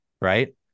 right